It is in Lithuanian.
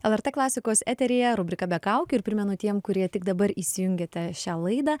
lrt klasikos eteryje rubrika be kaukių ir primenu tiem kurie tik dabar įsijungėte šią laidą